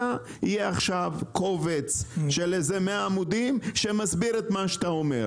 יהיה עכשיו קובץ של איזה 100 עמודים שמסביר את מה שאתה אומר,